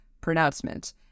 pronouncement